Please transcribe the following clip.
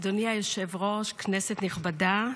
אדוני היושב-ראש, כנסת נכבדה,